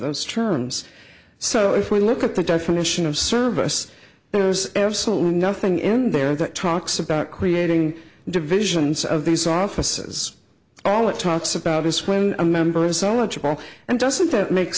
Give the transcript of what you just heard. those terms so if we look at the definition of service there's absolutely nothing in there that talks about creating divisions of these offices all it talks about is when a member is so much more and doesn't that make